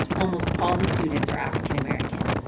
almost all the students are african-american.